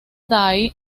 day